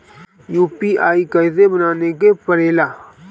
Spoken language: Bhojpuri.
यू.पी.आई कइसे बनावे के परेला?